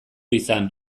izan